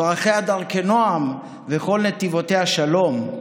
דרכיה דרכי נועם וכל נתיבותיה שלום,